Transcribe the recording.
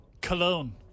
Cologne